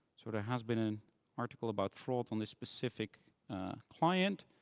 sort of has been an article about fraud on this specific client.